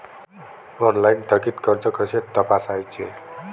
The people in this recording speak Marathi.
ऑनलाइन थकीत कर्ज कसे तपासायचे?